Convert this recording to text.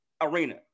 arena